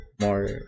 more